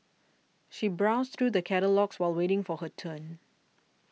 she browsed through the catalogues while waiting for her turn